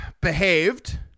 behaved